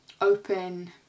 open